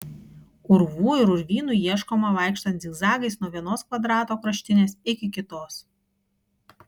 urvų ir urvynų ieškoma vaikštant zigzagais nuo vienos kvadrato kraštinės iki kitos